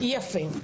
יפה.